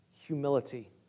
Humility